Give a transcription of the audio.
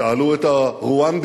שאלו את הרואנדים